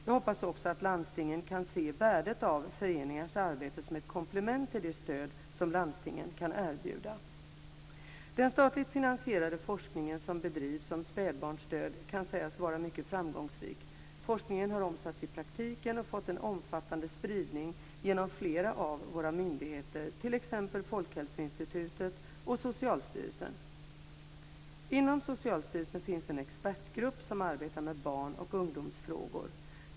Jag hoppas också att landstingen kan se värdet av föreningars arbete som ett komplement till det stöd som landstingen kan erbjuda. Den statligt finansierade forskningen som bedrivs om spädbarnsdöd kan sägas vara mycket framgångsrik. Forskningen har omsatts i praktiken och fått en omfattande spridning genom flera av våra myndigheter, t.ex. Folkhälsoinstitutet och Socialstyrelsen. Inom Socialstyrelsen finns en expertgrupp som arbetar med barn och ungdomsfrågor.